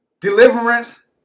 deliverance